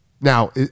now